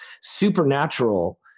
supernatural